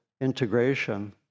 integration